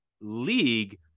league